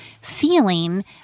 feeling